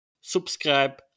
Subscribe